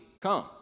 come